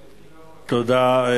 תודה.